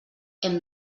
hem